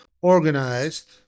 organized